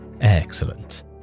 Excellent